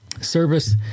service